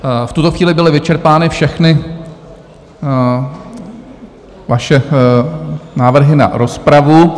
V tuto chvíli byly vyčerpány všechny vaše návrhy na rozpravu.